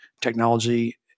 Technology